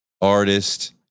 artist